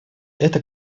это